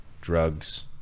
drugs